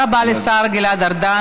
תודה רבה לשר גלעד ארדן.